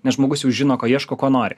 nes žmogus jau žino ko ieško ko nori